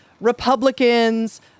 Republicans